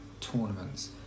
tournaments